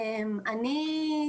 אני,